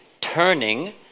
turning